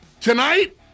tonight